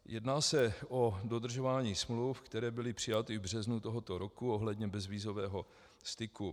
Jedná se o dodržování smluv, které byly přijaty v březnu tohoto roku ohledně bezvízového styku.